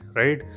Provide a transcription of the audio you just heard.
right